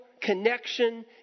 connection